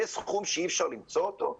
זה סכום שאי-אפשר למצוא אותו?